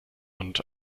und